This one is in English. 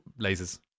lasers